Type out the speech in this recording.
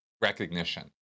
recognition